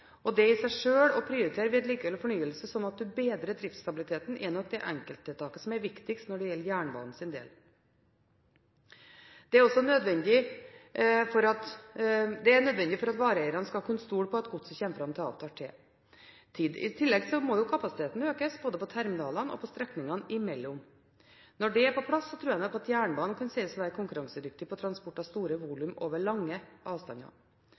og det i seg selv å prioritere vedlikehold og fornyelse, slik at man bedrer driftsstabiliteten, er nok det enkelttiltaket som er viktigst for jernbanen sin del. Det er nødvendig for at vareeierne skal kunne stole på at godset kommer fram til avtalt tid. I tillegg må kapasiteten økes, både på terminalene og på strekningene imellom. Når dette er på plass, tror jeg nok at jernbanen kan sies å være konkurransedyktig på transport av store volumer over lange avstander.